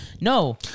No